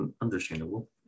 Understandable